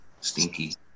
stinky